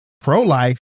pro-life